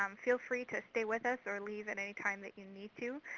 um feel free to stay with us, or leave at any time that you need to.